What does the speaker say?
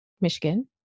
Michigan